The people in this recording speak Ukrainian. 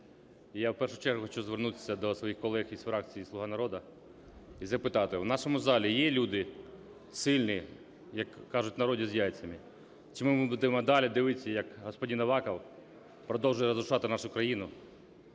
Я в першу чергу хочу звернутися до своїх колег із фракції "Слуга народу" і запитати: у нашому залі є люди сильні, як кажуть в народі, "з яйцями", чи ми будемо далі дивитися, як господин Аваков продовжує розрушати нашу країну?